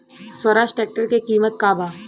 Swaraj tractor के किमत का बा?